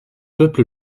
peuple